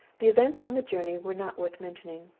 the events on the journey were not worth mentioning,